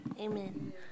Amen